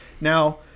Now